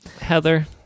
heather